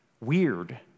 weird